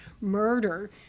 murder